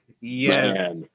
Yes